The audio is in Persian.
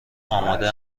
آماده